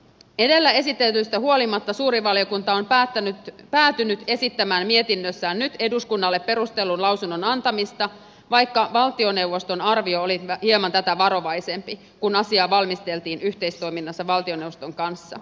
edellä esitetystä huolimatta suuri valiokunta on päätynyt esittämään mietinnössään nyt eduskunnalle perustellun lausunnon antamista vaikka valtioneuvoston arvio oli hieman tätä varovaisempi kun asiaa valmisteltiin yhteistoiminnassa valtioneuvoston kanssa